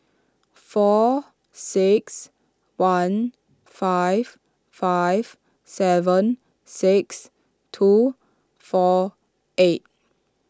four six one five five seven six two four eight